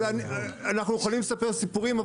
אנחנו יכולים לספר סיפורים,